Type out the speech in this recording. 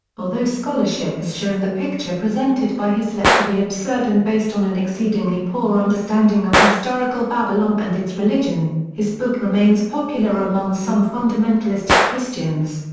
although scholarship has shown the picture presented by hislop to be absurd and based on an exceedingly poor understanding of historical babylon and its religion, his book remains popular among some fundamentalist christians.